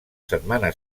setmana